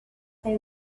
they